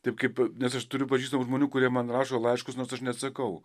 taip kaip nes aš turiu pažįstamų žmonių kurie man rašo laiškus nors aš nesakau